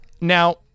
Now